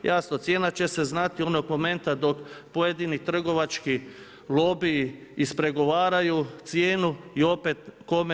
Jasno, cijena će se znati onog momenta dok pojedini trgovački lobiji ispregovaraju cijenu i opet kome?